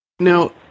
Now